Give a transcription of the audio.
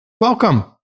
Welcome